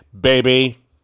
baby